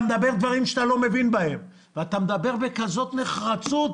ואתה מדבר בכזו נחרצות